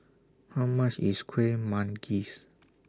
How much IS Kueh Manggis